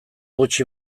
gutxi